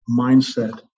mindset